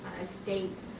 states